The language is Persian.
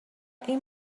این